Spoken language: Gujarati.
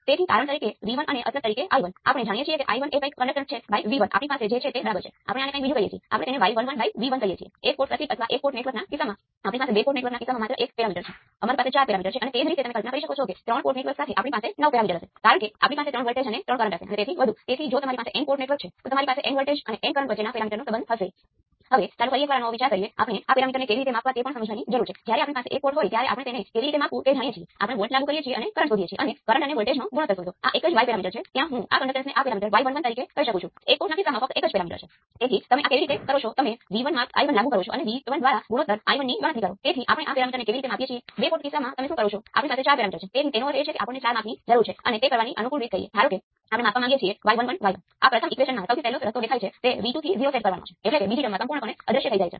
તેથી તમે જોશો કે આ g11 છે આ g21 છે